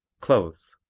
clothes